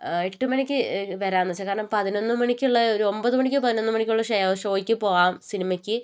ആ എട്ട് മണിക്ക് വരാന്നു വെച്ചാൽ കാരണം പതിനൊന്ന് മണിക്കുള്ള ഒരു ഒൻപത് മണിക്കോ പതിനൊന്ന് മണിക്കോ ഉള്ള ഷേയ ഷോയ്ക്ക് പോവാം സിനിമയ്ക്ക്